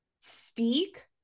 speak